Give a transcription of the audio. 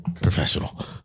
Professional